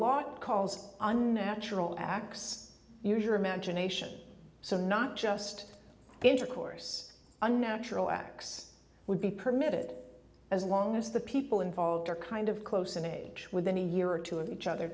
law calls unnatural acts use your imagination so not just intercourse unnatural acts would be permitted as long as the people involved are kind of close in age within a year or two of each other